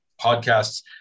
podcasts